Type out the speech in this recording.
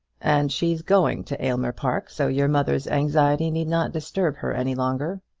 and she's going to aylmer park, so your mother's anxiety need not disturb her any longer.